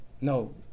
No